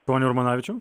pone urmanavičiau